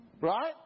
right